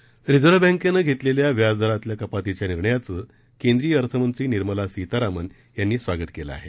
Sitharaman reserve बँकेनं घेतलेल्या व्याजदरात कपातीच्या निर्णयाचं केंद्रीय अर्थमंत्री निर्मला सीतरामन यांनी स्वागत केलं आहे